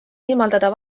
eemaldada